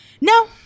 no